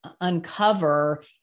uncover